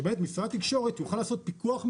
כדי שמשרד התקשורת יוכל לעשות פיקוח מראש,